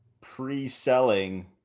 pre-selling